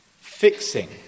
fixing